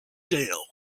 jail